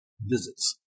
visits